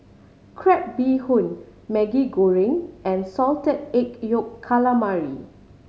crab bee hoon Maggi Goreng and Salted Egg Yolk Calamari